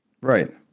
right